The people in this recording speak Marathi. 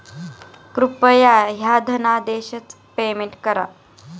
कृपया ह्या धनादेशच पेमेंट करा